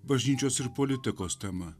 bažnyčios ir politikos tema